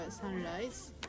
sunrise